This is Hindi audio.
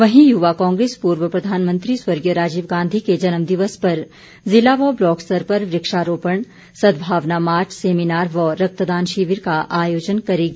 वहीं युवा कांग्रेस पूर्व प्रधानमंत्री स्वर्गीय राजीव गांधी के जन्म दिवस पर जिला व ब्लॉक स्तर पर वृक्षारोपण सद्भावना मार्च सेमीनार व रक्तदान शिविर का आयोजन करेगी